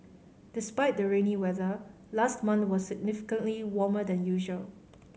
despite the rainy weather last month was significantly warmer than usual